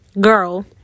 girl